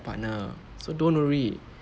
partner so don't worry